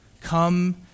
Come